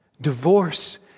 Divorce